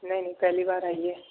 نہیں نہیں پہلی بار آئی ہے